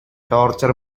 torture